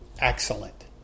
Excellent